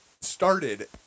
started